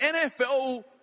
NFL